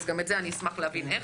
אז אני אשמח להבין איך.